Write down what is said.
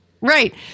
Right